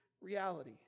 reality